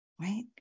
Right